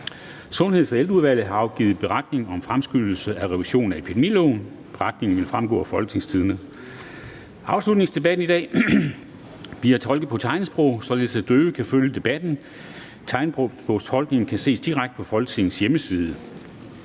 Sundheds- og Ældreudvalget har afgivet: Beretning om fremskyndelse af revision af epidemiloven. (Beretning nr. 2). Beretningen vil fremgå af www.folketingstidende.dk. Afslutningsdebatten i dag bliver tolket på tegnsprog, således at døve kan følge debatten. Tegnsprogstolkningen kan ses direkte på Folketingets hjemmeside.